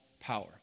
power